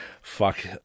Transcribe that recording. Fuck